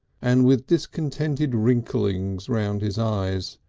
and with discontented wrinklings round his eyes.